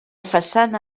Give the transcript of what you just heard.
façana